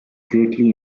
greatly